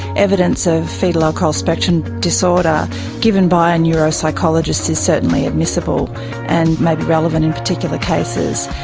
evidence of foetal alcohol spectrum disorder given by a and neuropsychologist is certainly admissible and may be relevant in particular cases.